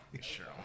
sure